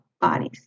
bodies